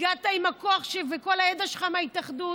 הגעת עם הכוח וכל הידע שלך מההתאחדות,